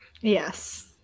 yes